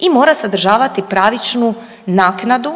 I mora sadržavati pravičnu naknadu